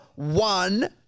One